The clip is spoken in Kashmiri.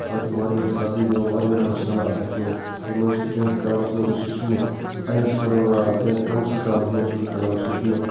سُہ حظ چھ واریاہ سردی دِوان واریاہ حظ ٹھنڈٕ آسان سُہ کَم از کینٛہہ کالَس منٛز ششمہٕ اَیِس کران واٹ کینٛہہ کَم سٕے کالَس منٛز چھُ کران سُہ ششمہٕ